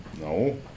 No